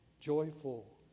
joyful